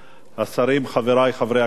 השרים, חברי חברי הכנסת,